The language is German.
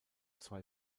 zwei